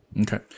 Okay